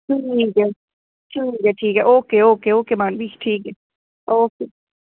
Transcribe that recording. okay okay मानवी ठीक ऐ ओके